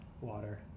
water